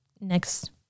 next